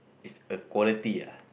is a quality ah